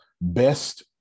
best